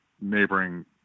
neighboring